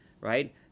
right